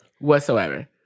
Whatsoever